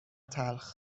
تلخ